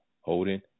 holding